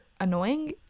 annoying